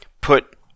put